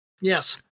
Yes